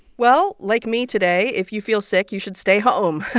well, like me today, if you feel sick, you should stay home.